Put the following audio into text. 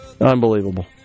Unbelievable